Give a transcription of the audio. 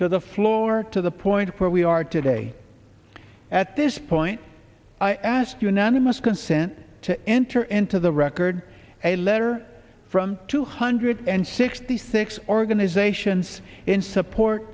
to the floor to the point where we are today at this point i ask unanimous consent to enter into the record a letter from two hundred and sixty six organizations in support